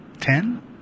ten